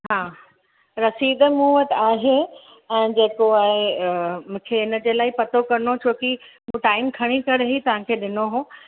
हा रसीद मूं वटि आहे ऐं जेको आहे मूंखे हिन जे लाइ ई पतो करिणो हुओ छो कि टाइम खणी करे ई तव्हांखे ॾिनो हुओ